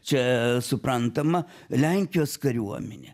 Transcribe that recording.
čia suprantama lenkijos kariuomenė